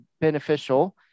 beneficial